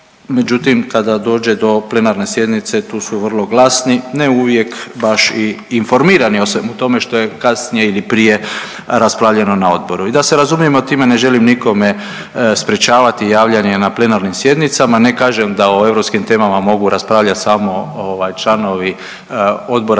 međutim kada dođe do plenarne sjednice tu su vrlo glasni, ne uvijek baš i informirani o svemu tome što je kasnije ili prije raspravljeno na odboru. I da se razumijemo time ne želim nikome sprječavati javljanje na plenarnim sjednicama, ne kažem da o europskim temama mogu raspravljati samo ovaj članovi Odbora